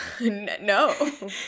No